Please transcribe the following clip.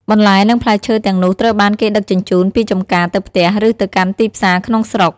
បន្លែនិងផ្លែឈើទាំងនោះត្រូវបានគេដឹកជញ្ជូនពីចំការទៅផ្ទះឬទៅកាន់ទីផ្សារក្នុងស្រុក។